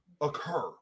occur